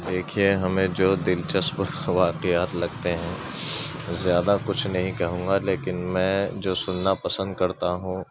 دیکھیے ہمیں جو دلچسپ واقعات لگتے ہیں زیادہ کچھ نہیں کہوں گا لیکن میں جو سننا پسند کرتا ہوں